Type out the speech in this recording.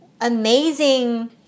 amazing